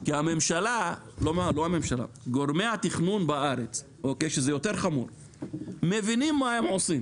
כי גורמי התכנון בארץ מבינים מה הם עושים